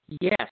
Yes